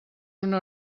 una